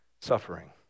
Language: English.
suffering